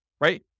right